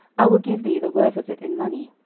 i will give thee the worth of it in money.